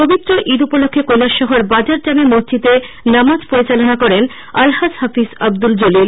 পবিত্র ঈদ উপলক্ষ্যে কৈলাসহর বাজার জামে মসজিদে নামাজ পরিচালনা করেন আলহাজ হাফিজ আব্দুল জলিল